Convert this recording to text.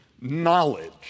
knowledge